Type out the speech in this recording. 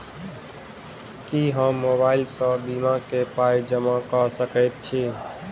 की हम मोबाइल सअ बीमा केँ पाई जमा कऽ सकैत छी?